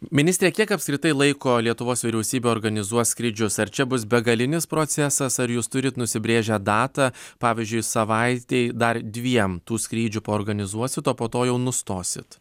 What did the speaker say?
ministre kiek apskritai laiko lietuvos vyriausybė organizuos skrydžius ar čia bus begalinis procesas ar jūs turit nusibrėžę datą pavyzdžiui savaitei dar dviem tų skrydžių paorganizuosit o po to jau nustosite